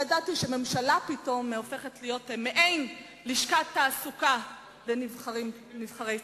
לא ידעתי שממשלה פתאום הופכת להיות מעין לשכת תעסוקה לנבחרי ציבור.